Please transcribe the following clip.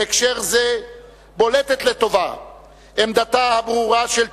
בהקשר הזה בולטת לטובה עמדתה הברורה של צ'כיה,